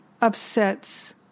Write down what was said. upsets